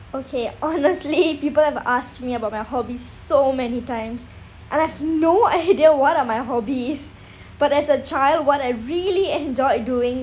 okay honestly people have asked me about my hobbies so many times and I've have no idea what are my hobbies but as a child what I really enjoy doing